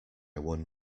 won